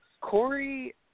Corey